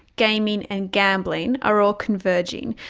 gaming and gambling are all converging.